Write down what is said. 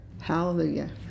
hallelujah